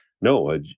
No